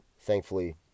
Thankfully